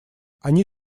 они